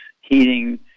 heating